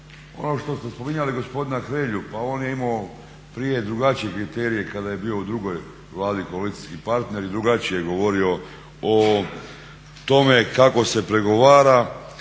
Ono što smo spominjali gospodina Hrelju, pa on je imao prije drugačije kriterije kada je bio u drugoj Vladi koalicijski partner i drugačije govorio o tome kako se pregovara.